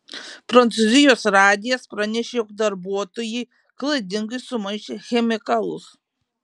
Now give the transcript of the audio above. prancūzijos radijas pranešė jog darbuotojai klaidingai sumaišė chemikalus